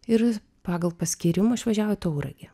ir pagal paskyrimą išvažiavo į tauragę